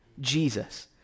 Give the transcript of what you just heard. Jesus